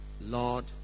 Lord